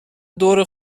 دور